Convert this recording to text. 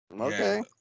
Okay